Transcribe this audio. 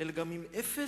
אלא גם עם אפס